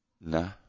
No